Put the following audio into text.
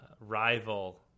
rival